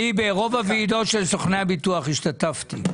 אני ברוב הוועידות של סוכני הביטוח השתתפתי.